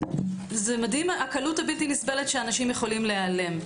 מדהים הקלות הבלתי נסבלת שאנשים יכולים להיעלם.